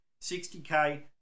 60k